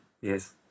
Yes